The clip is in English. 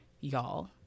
y'all